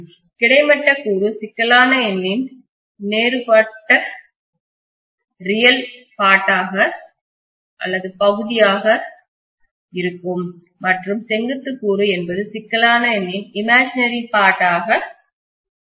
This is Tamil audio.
கிடைமட்ட கூறு சிக்கலான எண்ணின் நேரு பாட்டு ரியல் பார்ட்உண்மையான பகுதி என அழைக்கிறோம மற்றும் செங்குத்து கூறு என்பது சிக்கலான எண்ணின் இமேஜினரி பார்ட்கற்பனை பகுதியாக அழைக்கிறோம்